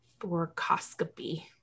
thoracoscopy